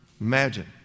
Imagine